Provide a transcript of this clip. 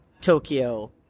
Tokyo